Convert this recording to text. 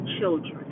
children